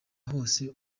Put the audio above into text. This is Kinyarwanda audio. hose